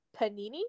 Panini